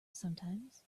sometimes